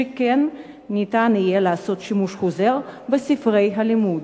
שכן ניתן יהיה לעשות שימוש חוזר בספרי הלימוד.